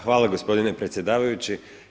Hvala gospodine predsjedavajući.